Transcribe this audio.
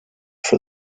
for